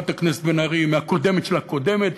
מהקודמת של הקודמת,